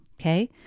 Okay